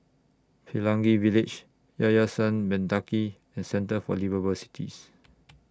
Pelangi Village Yayasan Mendaki and Centre For Liveable Cities